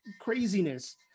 craziness